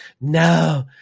No